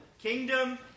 Kingdom